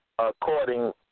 According